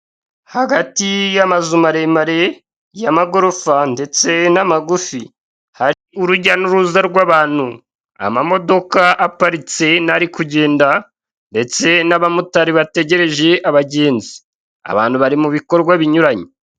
Hagati y'amazu maremare y'amagorofa ndetse n'amagufi hari urujya n'uruza rw'abantu, amamodoka aparitse n'ari kugenda ndetse n'abamotari bategereje abagenzi, abantu bari mu bikorwa binyuranye.